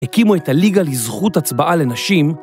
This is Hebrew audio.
הקימו את הליגה לזכות הצבעה לנשים.